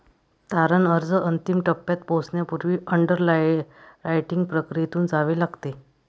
तारण अर्ज अंतिम टप्प्यात पोहोचण्यापूर्वी अंडररायटिंग प्रक्रियेतून जावे लागते